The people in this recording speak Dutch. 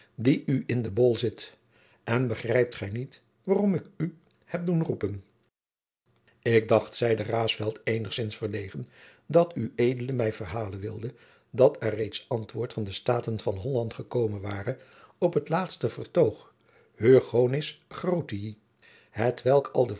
die u in den bol zit en begrijpt gij niet waarom ik u heb doen roepen ik dacht zeide raesfelt eenigzins verlegen dat ued mij verhalen wilde dat er reeds antwoord van de staten van holland gekomen ware op het laatste vertoog hugonis grotii hetwelk